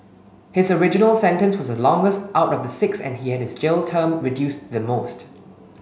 his original sentence was the longest out of the six and he had his jail term reduced the most